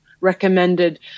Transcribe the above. recommended